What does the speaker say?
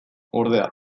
ordea